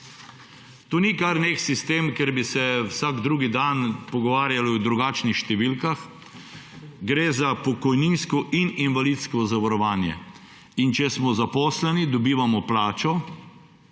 To ni kar neki sistem, kjer bi se vsak drugi dan pogovarjali o drugačnih številkah, gre za pokojninsko in invalidsko zavarovanje. Če smo zaposleni, dobivamo plačo,